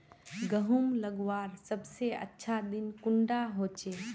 गहुम लगवार सबसे अच्छा दिन कुंडा होचे?